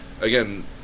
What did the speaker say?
again